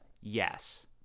yes